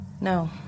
No